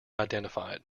identified